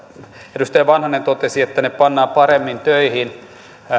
edustaja vanhanen totesi että ne pannaan paremmin töihin